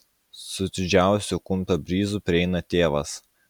su didžiausiu kumpio bryzu prieina tėvas